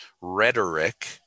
rhetoric